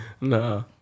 No